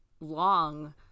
long